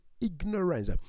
ignorance